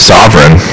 Sovereign